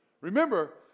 Remember